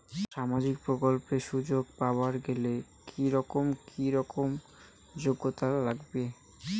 সামাজিক প্রকল্পের সুযোগ পাবার গেলে কি রকম কি রকম যোগ্যতা লাগিবে?